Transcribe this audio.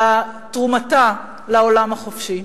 בתרומתה לעולם החופשי.